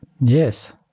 Yes